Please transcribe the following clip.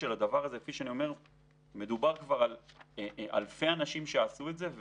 מדובר על אלפי אנשים שעשו את זה.